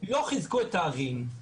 לא חיזקו את הערים,